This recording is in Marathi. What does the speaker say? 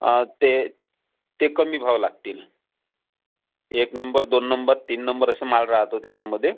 हां ते ते कमी भाव लागतील एक नंबर दोन नंबर तीन नंबर असा माल राहतो त्याच्यामधे